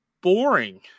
boring